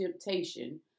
temptation